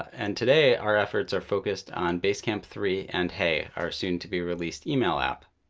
and today, our efforts are focused on basecamp three and hey, our soon-to-be-released email app.